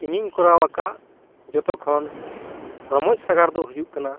ᱤᱧᱤᱧ ᱠᱚᱨᱟᱣ ᱟᱠᱟᱫ ᱡᱚᱛᱚ ᱠᱷᱚᱱ ᱨᱚᱢᱚᱡᱽ ᱥᱟᱸᱜᱷᱟᱨᱫᱚ ᱦᱩᱭᱩᱜ ᱠᱟᱱᱟ